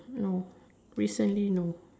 no recently no